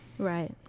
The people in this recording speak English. Right